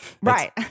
Right